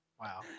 Wow